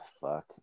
fuck